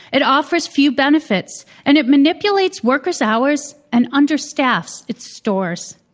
it offers few benefits and it manipulates workers' hours and understaffs its stores.